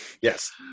Yes